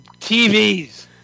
TVs